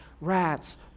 rats